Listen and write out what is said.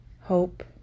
hope